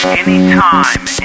anytime